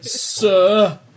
Sir